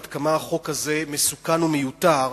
עד כמה החוק הזה מסוכן ומיותר,